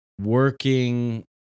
working